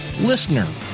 LISTENER